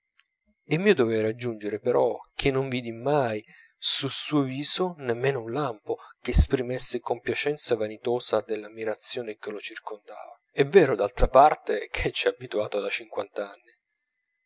è mio dovere d'aggiungere però che non vidi mai sul suo viso nemmeno un lampo che esprimesse compiacenza vanitosa dell'ammirazione che lo circondava è vero d'altra parte che c'è abituato da cinquant'anni